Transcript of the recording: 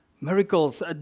Miracles